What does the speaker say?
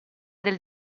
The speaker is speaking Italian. del